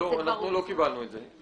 לא, אנחנו לא קיבלנו את זה.